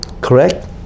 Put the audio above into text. correct